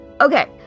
Okay